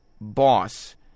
boss